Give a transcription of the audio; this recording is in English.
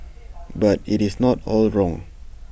but IT is not all wrong